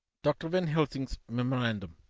dr. van helsing's memorandum.